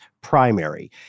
primary